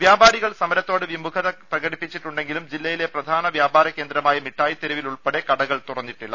വ്യാപാരികൾ സമരത്തോട് വിമുഖത പ്രകടിപ്പിച്ചിട്ടുണ്ടെങ്കിലും ജില്ലയില്ലെ പ്രധാന വ്യാപാര കേന്ദ്രമായ മിഠായ്തെരുവിലുൾപ്പടെ കടകൾ തൂറന്നിട്ടില്ല